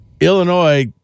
Illinois